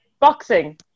boxing